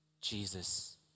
Jesus